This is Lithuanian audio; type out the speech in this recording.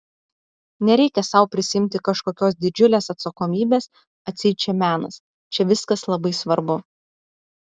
nereikia sau prisiimti kažkokios didžiulės atsakomybės atseit čia menas čia viskas labai svarbu